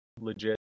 legit